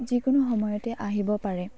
যিকোনো সময়তে আহিব পাৰে